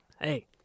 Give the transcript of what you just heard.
Hey